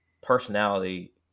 personality